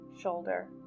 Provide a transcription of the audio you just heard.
shoulder